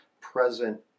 present